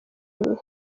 nini